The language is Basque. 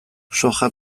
soja